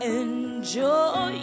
enjoy